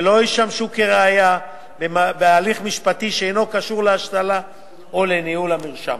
ולא ישמשו כראיה בהליך משפטי שאינו קשור להשתלה או לניהול המרשם.